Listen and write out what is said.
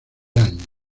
años